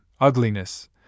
ugliness